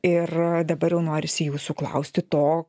ir dabar jau norisi jūsų klausti to